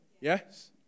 yes